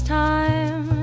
time